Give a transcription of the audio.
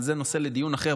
אבל זה נושא לדיון אחר,